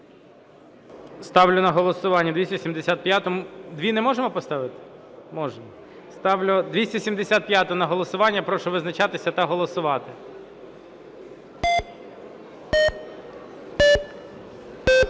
Ставлю на голосування 275-у… Дві не можемо поставити? Можемо. Ставлю 275-у на голосування. Прошу визначатися та голосувати.